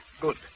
Good